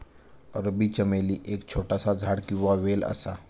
अरबी चमेली एक छोटासा झाड किंवा वेल असा